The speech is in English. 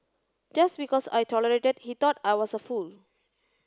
just because I tolerated he thought I was a fool